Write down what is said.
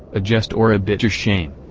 a jest or a bitter shame.